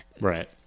Right